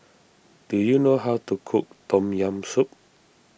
do you know how to cook Tom Yam Soup